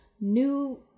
new